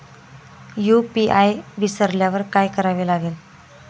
UPI विसरल्यावर काय करावे लागेल?